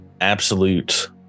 absolute